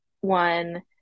one